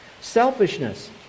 Selfishness